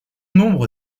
nombre